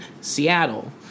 Seattle